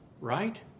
right